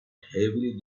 heavily